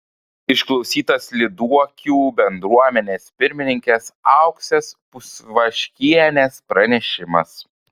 išklausytas lyduokių bendruomenės pirmininkės auksės pusvaškienės pranešimas